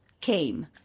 came